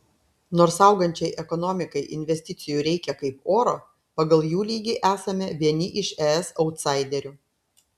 nors augančiai ekonomikai investicijų reikia kaip oro pagal jų lygį esame vieni iš es autsaiderių